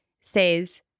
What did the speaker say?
says